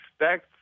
expect